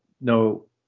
no